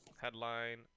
headline